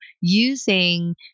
using